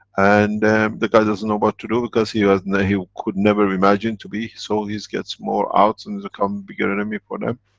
and the guy doesn't know what but to do, because he you know he could never imagine to be, so his gets more out and he become bigger enemy for them.